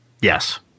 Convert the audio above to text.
yes